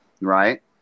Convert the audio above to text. Right